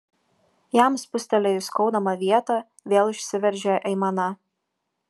jam spustelėjus skaudamą vietą vėl išsiveržė aimana